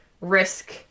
risk